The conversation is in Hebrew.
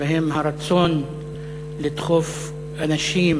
שבהם הרצון לדחוף אנשים